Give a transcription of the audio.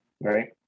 Right